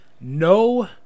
No